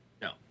No